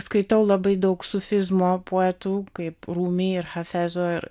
skaitau labai daug sufizmo poetų kaip rumi ir hafezo ir